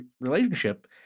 relationship